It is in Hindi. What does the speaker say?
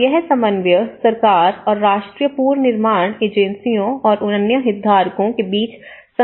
अब यह समन्वय सरकार और राष्ट्रीय पुनर्निर्माण एजेंसियों और अन्य हितधारकों के बीच संस्थागत तंत्र है